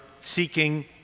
seeking